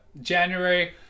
January